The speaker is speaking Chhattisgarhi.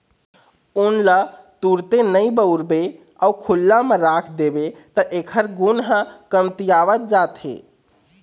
ऊन ल तुरते नइ बउरबे अउ खुल्ला म राख देबे त एखर गुन ह कमतियावत जाथे